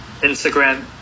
Instagram